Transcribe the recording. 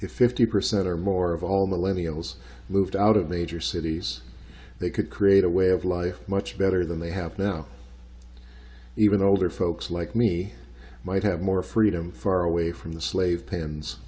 if fifty percent or more of all millennium goals moved out of major cities they could create a way of life much better than they have now even older folks like me might have more freedom far away from the slave pens